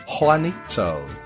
Juanito